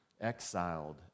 exiled